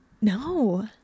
No